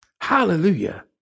Hallelujah